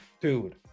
dude